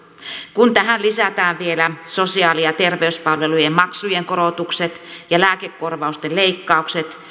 kun tähän lisätään vielä sosiaali ja terveyspalvelujen maksujen korotukset ja lääkekorvausten leikkaukset